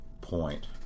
point